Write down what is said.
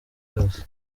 yose